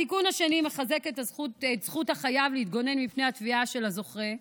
התיקון השני מחזק את זכות החייב להתגונן מפני התביעה של הזוכה.